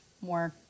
more